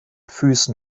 füßen